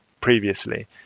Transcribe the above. previously